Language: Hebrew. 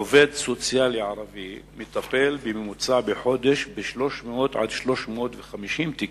עובד סוציאלי ערבי מטפל בחודש בממוצע ב-300 350 תיקים,